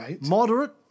moderate